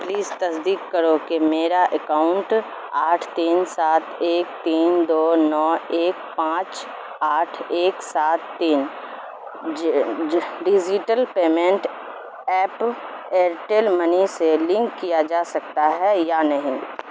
please تصدیق کرو کہ میرا اکاؤنٹ آٹھ تین سات ایک تین دو نو ایک پانچ آٹھ ایک سات تین digital payment app Airtel money سے لنک کیا جا سکتا ہے یا نہیں